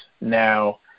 now